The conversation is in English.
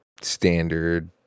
standard